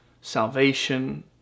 salvation